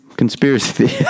conspiracy